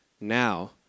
Now